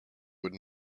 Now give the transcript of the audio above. would